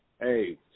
hey